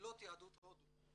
קהילות יהדות הודו.